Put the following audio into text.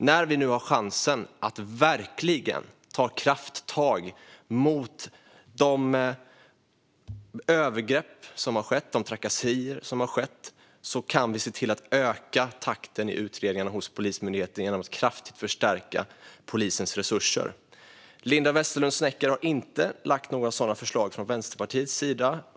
När vi nu har chansen att verkligen ta krafttag mot de övergrepp och trakasserier som har skett kan vi se till att öka takten i utredningarna hos Polismyndigheten genom att kraftigt förstärka polisens resurser. Linda Westerlund Snecker har inte lagt fram några sådana förslag från Vänsterpartiets sida.